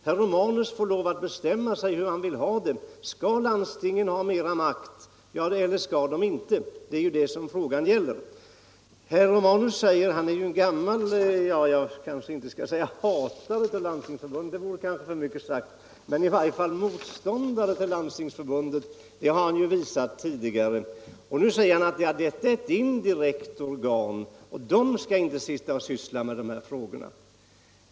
Herr Romanus får lov att bestämma sig för hur han vill ha det. Skall landstingen ha mera makt eller skall de det inte? Det är det frågan gäller. Herr Romanus är ju en gammal — jag kanske inte skall säga hatare av Landstingsförbundet, det vore kanske för mycket sagt - motståndare till Landstingsförbundet, det har han visat tidigare. Nu säger han att detta är ett indirekt organ som inte skall syssla med de här frågorna.